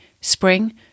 Spring